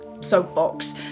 Soapbox